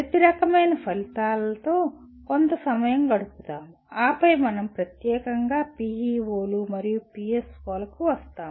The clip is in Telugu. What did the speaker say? ప్రతి రకమైన ఫలితాలతో కొంత సమయం గడుపుదాం ఆపై మనం ప్రత్యేకంగా PEO లు మరియు PSO లకు వస్తాము